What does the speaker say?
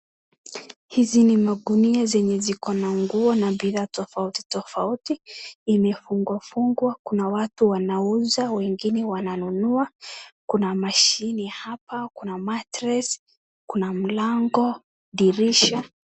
Hizi ni magunia zenye zikona nguo na bidhaa tofauti tofauti imefungwa fungwa .Kuna watu wanauza wengine wananunua , kuna mashine ya hapa kuna matress kuna mlango dirisha .